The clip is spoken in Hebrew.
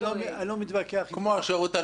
כמו השירות הלאומי.